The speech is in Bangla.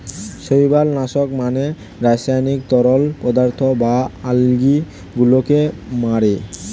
শৈবাল নাশক মানে রাসায়নিক তরল পদার্থ যা আলগী গুলোকে মারে